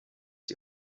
die